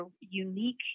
unique